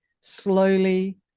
slowly